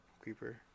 creeper